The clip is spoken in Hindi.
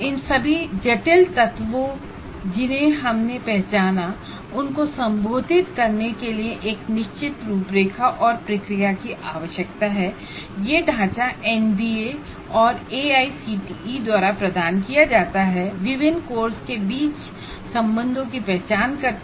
इन सभी जटिल तत्वों जिन्हें हमने पहचाना है उन को संबोधित करने के लिए एक निश्चित फ्रेमवर्क और प्रोसेस की आवश्यकता है यह ढांचा एनबीए और एआईसीटीई द्वारा प्रदान किया जाता है जो विभिन्न कोर्स के बीच संबंधों की पहचान करता है